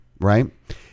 right